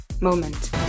moment